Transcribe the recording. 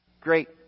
great